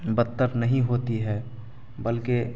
بدتر نہیں ہوتی ہے بلکہ